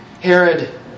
Herod